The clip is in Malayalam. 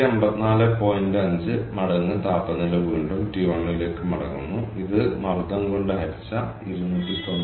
5 മടങ്ങ് താപനില വീണ്ടും T1 ലേക്ക് മടങ്ങുന്നു ഇത് മർദ്ദം കൊണ്ട് ഹരിച്ച 293 ആണ്